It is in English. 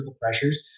pressures